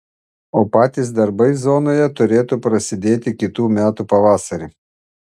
o patys darbai zonoje turėtų prasidėti kitų metų pavasarį